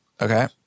Okay